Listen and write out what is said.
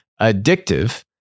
addictive